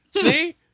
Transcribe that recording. See